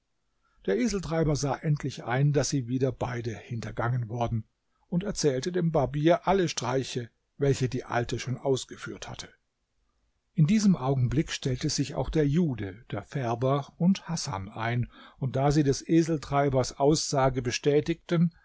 der eseltreiber sah endlich ein daß sie wieder beide hintergangen worden und erzählte dem barbier alle streiche welche die alte schon ausgeführt hatte in diesem augenblick stellte sich auch der jude der färber und hasan ein und da sie des eseltreibers aussage bestätigten